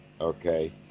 Okay